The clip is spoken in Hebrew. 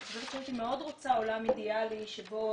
אני חושבת שהייתי מאוד רוצה עולם אידאלי שבו